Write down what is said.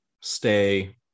stay